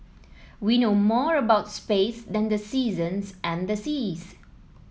we know more about space than the seasons and the seas